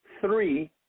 three